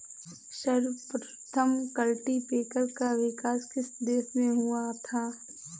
सर्वप्रथम कल्टीपैकर का विकास किस देश में हुआ था?